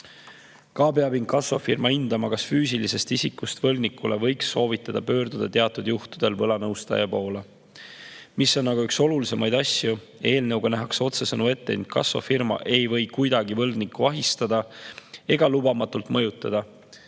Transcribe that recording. peab ka hindama, kas füüsilisest isikust võlgnikule võiks soovitada pöörduda teatud juhtudel võlanõustaja poole. Mis on aga üks olulisemaid asju, [on see, et] eelnõuga nähakse otsesõnu ette, et inkassofirma ei või kuidagi võlgnikku ahistada ega lubamatult mõjutada.